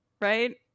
right